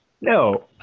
No